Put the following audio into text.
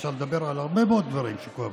אפשר לדבר על הרבה מאוד דברים שכואבים.